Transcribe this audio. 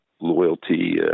loyalty